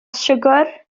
siwgr